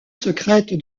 secrète